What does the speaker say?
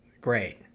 great